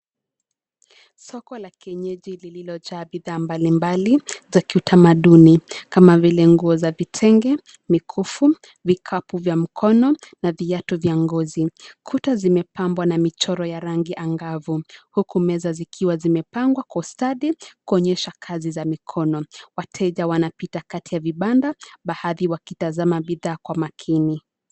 Soko la kienyeji lililojaa bidhaa mbalimbali, za kiutamaduni, kama vile nguo za kitenge, mikufu, vikapu vya mkono na viatu vya ngozi. Kuta zimepambwa na michoro ya rangi angavu, huku meza zikiwa zimepangwa kwa ustadi kuonyesha kazi za mikono. Wateja wanapita kati ya vibanda baadhi wakitazama bidhaa kwa makini.